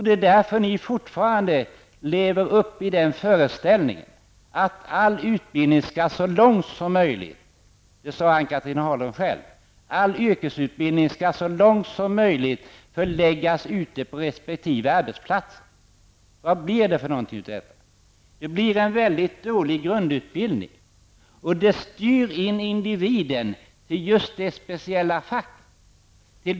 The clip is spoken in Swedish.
De lever fortfarande i föreställningen att all yrkesutbildning så långt som möjligt -- det sade Ann-Cathrine Haglund själv -- skall förläggas ute på resp. arbetsplatser. Vad blir det av detta? Det blir en väldigt dålig grundutbildning, och det styr individen till ett speciellt område.